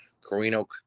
Carino